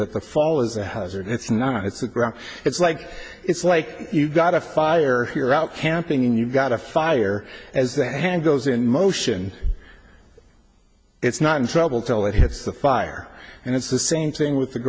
that the fall is a hazard it's not it's the ground it's like it's like you've got a fire here out camping you've got a fire as the hand goes in motion it's not in trouble till it hits the fire and it's the same thing with the